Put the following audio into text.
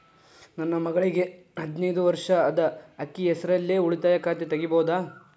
ನನ್ನ ಮಗಳಿಗೆ ಹದಿನೈದು ವರ್ಷ ಅದ ಅಕ್ಕಿ ಹೆಸರಲ್ಲೇ ಉಳಿತಾಯ ಖಾತೆ ತೆಗೆಯಬಹುದಾ?